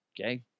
Okay